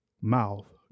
mouth